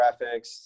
graphics